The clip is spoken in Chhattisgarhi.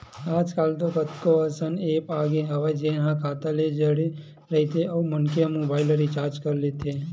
आजकल तो कतको अइसन ऐप आगे हवय जेन ह खाता ले जड़े रहिथे अउ मनखे ह मोबाईल ल रिचार्ज कर लेथे